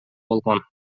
болгон